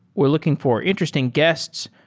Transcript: we're looking for interesting guests,